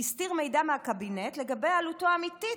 הסתיר מידע מהקבינט לגבי עלותו האמיתית